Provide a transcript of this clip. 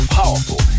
powerful